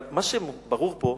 אבל מה שברור פה: